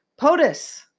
POTUS